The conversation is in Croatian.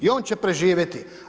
I on će preživjeti.